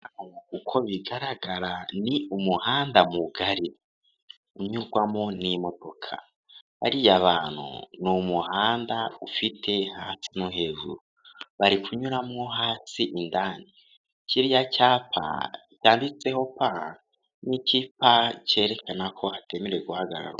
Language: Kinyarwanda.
Uko bigaragara ni umuhanda mugari. Unyurwamo n'imodoka. Hariya hantu ni umuhanda ufite hasi no hejuru. Bari kunyuramo hatsi indani. Kiriya cyapa yanditseho P, ni icyapa cyerekana ko hatemerewe guhagarara.